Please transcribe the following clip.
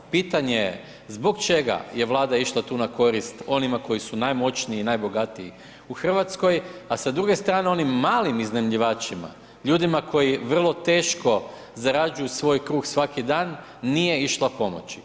Pitanje zbog čega je Vlada išla tu na korist onima koji su najmoćniji i najbogatiji u Hrvatskoj, a sa druge strane onim malim iznajmljivačima, ljudima koji vrlo teško zarađuju svoj kruh svaki dan nije išla pomoći.